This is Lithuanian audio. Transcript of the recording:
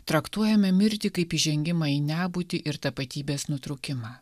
traktuojame mirtį kaip įžengimą į nebūtį ir tapatybės nutrūkimą